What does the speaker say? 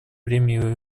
время